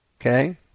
Okay